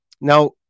Now